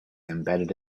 embedded